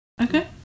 Okay